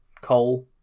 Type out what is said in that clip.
coal